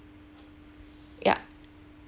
ya